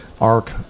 Ark